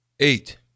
Eight